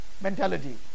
mentality